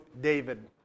David